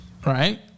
Right